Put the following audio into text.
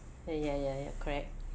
ya ya ya correct